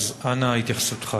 אנא התייחסותך.